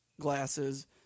glasses